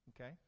Okay